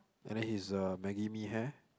and then he's a maggie mee hair